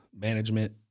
management